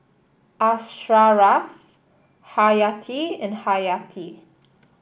Asharaff Haryati and Haryati